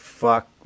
Fuck